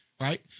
right